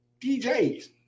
DJs